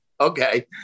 Okay